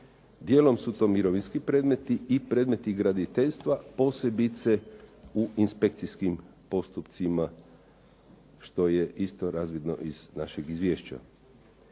Dijelom su to mirovinski predmeti i predmeti graditeljstva, posebice u inspekcijskim postupcima što je isto razvidno iz naših izvješća.